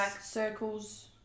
Circles